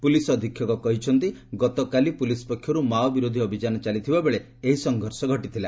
police ଅଧୀକ୍ଷକ କହିଛନ୍ତି ଗତକାଲି ପୁଲିସ୍ ପକ୍ଷରୁ ମାଓ ବିରୋଧୀ ଅଭିଯାନ ଚାଲିଥିବାବେଳେ ଏହି ସଂଘର୍ଷ ଘଟିଥିଲା